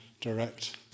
direct